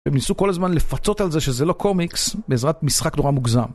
הם ניסו כל הזמן לפצות על זה שזה לא קומיקס בעזרת משחק נורא מוגזם.